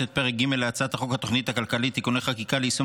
את פרק ג' להצעת חוק התוכנית הכלכלית (תיקוני חקיקה ליישום